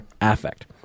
affect